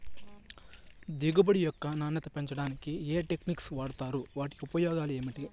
దిగుబడి యొక్క నాణ్యత పెంచడానికి ఏ టెక్నిక్స్ వాడుతారు వాటి ఉపయోగాలు ఏమిటి?